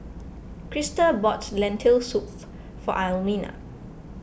Christa bought Lentil Soup for Almina